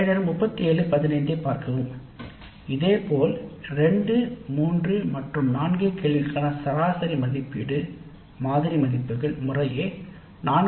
8 4 கேள்விகளுக்கான சராசரி மதிப்பீடு மாதிரி மதிப்புகள் முறையே 4